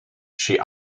she